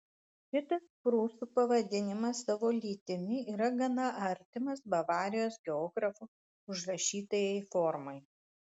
šitas prūsų pavadinimas savo lytimi yra gana artimas bavarijos geografo užrašytajai formai